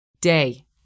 day